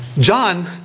John